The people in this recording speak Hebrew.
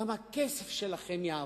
גם הכסף שלכם יעבוד.